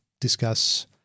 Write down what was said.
discuss